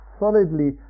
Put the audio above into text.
solidly